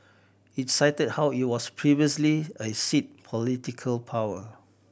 it's cited how it was previously a seat political power